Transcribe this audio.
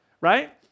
right